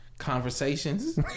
Conversations